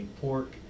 pork